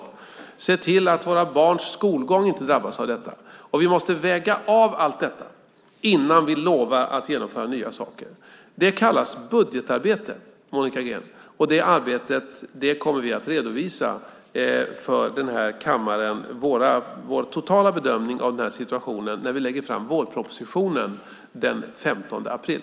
Vi måste se till att våra barns skolgång inte drabbas av detta. Allt detta måste vi väga av innan vi lovar att genomföra nya saker. Det kallas budgetarbete, Monica Green, och det arbetet och vår totala bedömning av situationen kommer vi att redovisa när vi lägger fram vårpropositionen den 15 april.